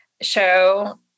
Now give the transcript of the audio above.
show